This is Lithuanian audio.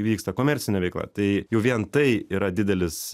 vyksta komercinė veikla tai jau vien tai yra didelis